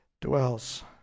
dwells